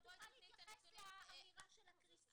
היא תוכל להתייחס לאמירה של הקריסה.